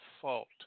fault